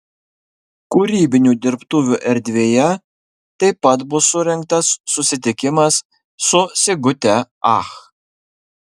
kūrybinių dirbtuvių erdvėje taip pat bus surengtas susitikimas su sigute ach